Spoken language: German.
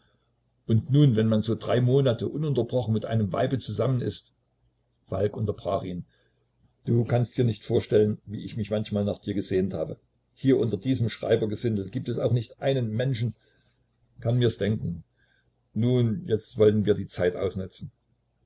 und nun wenn man so drei monate ununterbrochen mit einem weibe zusammen ist falk unterbrach ihn du kannst dir nicht vorstellen wie ich mich manchmal nach dir gesehnt habe hier unter diesem schreibergesindel gibt es auch nicht einen menschen kann mirs denken nun jetzt wollen wir die zeit ausnutzen